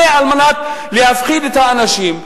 זה על מנת להפחיד את האנשים,